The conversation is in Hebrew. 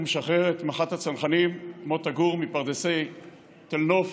הוא משחרר את מח"ט הצנחנים מוטה גור מפרדסי תל נוף